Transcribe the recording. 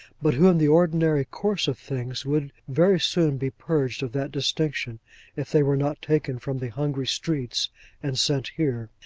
but who in the ordinary course of things would very soon be purged of that distinction if they were not taken from the hungry streets and sent here.